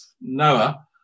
Noah